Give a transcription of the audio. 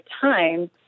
time